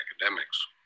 academics